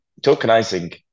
tokenizing